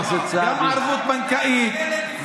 גם ערבות בנקאית.